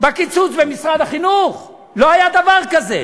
קיצוץ במשרד החינוך, לא היה דבר כזה.